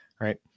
right